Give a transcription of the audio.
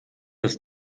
das